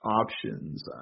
options